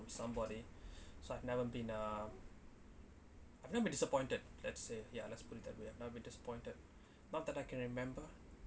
somebody so I've never been uh I've never disappointed let's say ya let's put it that way I've never been disappointed not that I can remember